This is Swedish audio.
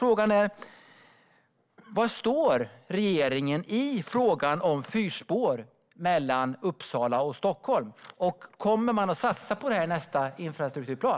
Frågan är var regeringen står i frågan om fyrspår mellan Uppsala och Stockholm. Kommer man att satsa på detta i nästa infrastrukturplan?